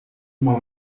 uma